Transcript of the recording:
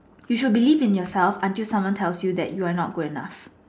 you should believe in yourself until someone tells you that you are not good enough